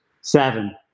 seven